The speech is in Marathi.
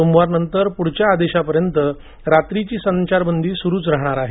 सोमवारनंतर पुढच्या आदेशापर्यंत रात्रीची संचारबंदी सुरुच राहणार आहे